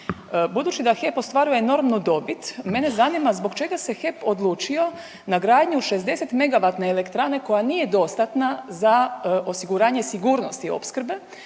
Budući da HEP ostvaruje enormnu dobit mene zanima zbog čega se HEP odlučio na gradnju 60 megavatne elektrane koja nije dostatna za osiguranje sigurnosti opskrbe,